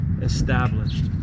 established